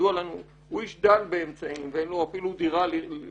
שכידוע לנו הוא איש דל באמצעים ואין לו אפילו דירה לשכור,